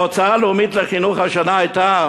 ההוצאה הלאומית לחינוך השנה הייתה